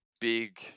big